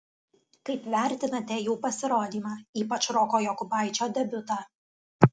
kaip vertinate jų pasirodymą ypač roko jokubaičio debiutą